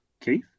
Keith